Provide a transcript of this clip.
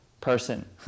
person